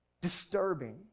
disturbing